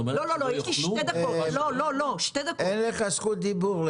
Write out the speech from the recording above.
את אומרת שלא יאכלו --- אין לך זכות דיבור.